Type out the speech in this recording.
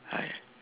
!aiya!